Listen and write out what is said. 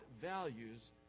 values